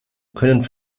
können